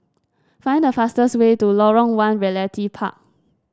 find the fastest way to Lorong One Realty Park